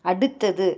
அடுத்தது